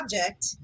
object